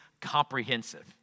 comprehensive